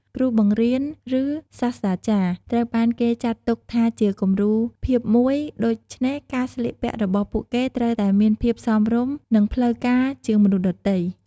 គ្រូបង្រៀន ឬ សាស្ត្រាចារ្យត្រូវបានគេចាត់ទុកថាជាគំរូភាពមួយ ដូច្នេះការស្លៀកពាក់របស់ពួកគេត្រូវតែមានភាពសមរម្យ និងផ្លូវការជាងមនុស្សដទៃ។